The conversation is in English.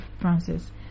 Francis